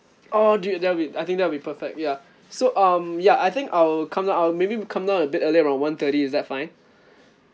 uh do that'll be I think that will be perfect ya so um ya I think I'll come down I'll maybe come down a bit earlier around one thirty is that fine